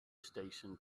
station